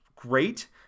great